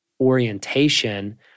orientation